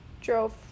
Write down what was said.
drove